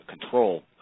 control